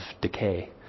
decay